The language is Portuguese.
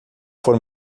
for